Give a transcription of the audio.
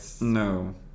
no